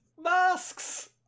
masks